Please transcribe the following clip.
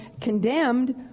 condemned